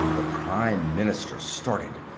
the prime minister started.